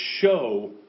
show